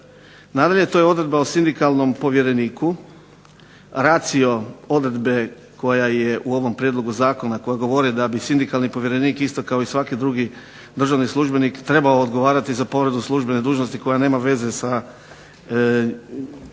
Nadalje, to je odredba o sindikalnom povjereniku, ratio odredbe koja je u ovom prijedlogu zakona koja govori da bi sindikalni povjerenik isto kao i svaki drugi državni službenik trebao odgovarati za povredu službene dužnosti koja nema veze sa